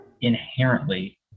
inherently